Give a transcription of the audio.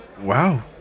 Wow